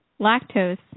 lactose